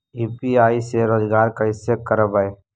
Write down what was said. UPI से रोजगार कैसे करबय?